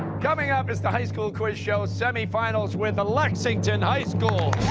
coming up, it's the high school quiz show semifinals, with lexington high school.